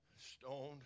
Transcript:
stoned